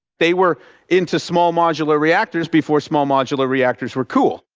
they were into small modular reactors before small modular reactors were cool.